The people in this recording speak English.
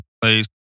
place